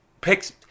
picks